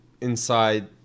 inside